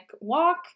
walk